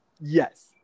Yes